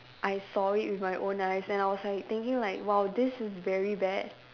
I saw it with my own eyes and I was like thinking like !wow! this is very bad